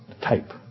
type